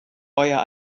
euer